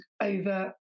over